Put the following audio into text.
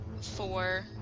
four